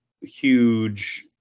huge